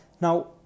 now